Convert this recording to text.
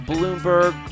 Bloomberg